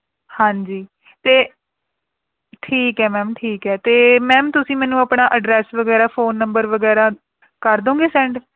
ਹਾਂਜੀ ਅਤੇ ਠੀਕ ਹੈ ਮੈਮ ਠੀਕ ਹੈ ਅਤੇ ਮੈਮ ਤੁਸੀਂ ਮੈਨੂੰ ਆਪਣਾ ਐਡਰੈੱਸ ਵਗੈਰਾ ਫੋਨ ਨੰਬਰ ਵਗੈਰਾ ਕਰ ਦਿਉਂਗੇ ਸੈਂਡ